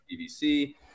PVC